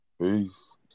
Peace